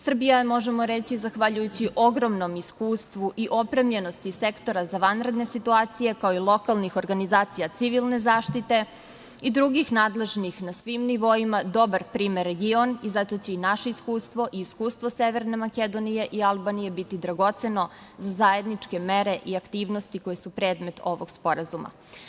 Srbija je, možemo reći, zahvaljujući ogromnom iskustvu i opremljenosti sektora za vanredne situacije, kao i lokalnih organizacija civilne zaštite i drugih nadležnih na svim nivoima, dobar primer za region i zato će i naše iskustvo i iskustvo Severne Makedonije i Albanije biti dragoceno za zajedničke mere i aktivnosti koje su predmet ovog sporazuma.